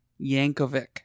Yankovic